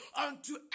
unto